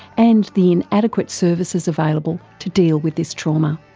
and the inadequate services available to deal with this trauma.